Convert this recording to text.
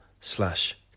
slash